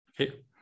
Okay